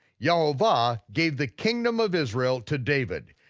yehovah gave the kingdom of israel to david,